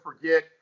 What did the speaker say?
forget